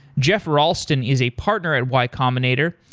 geoff ralston is a partner at y combinator.